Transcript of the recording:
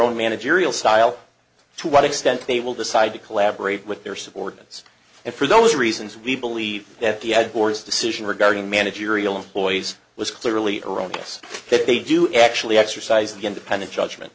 own managerial style to what extent they will decide to collaborate with their subordinates and for those reasons we believe that the ad board's decision regarding managerial employees was clearly erroneous that they do actually exercise the independent judgment